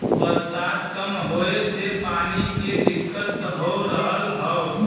बरसात कम होए से पानी के दिक्कत हो रहल हौ